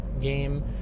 game